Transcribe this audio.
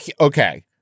okay